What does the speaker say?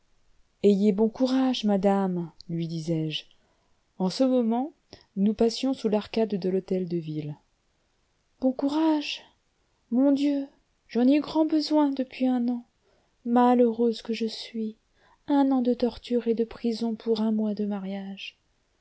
ayez bon courage madame lui disais-je en ce moment nous passions sous l'arcade de l'hôtel-de-ville bon courage mon dieu j'en ai eu grand besoin depuis un an malheureuse que je suis un an de tortures et de prison pour un mois de mariage